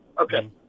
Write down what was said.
okay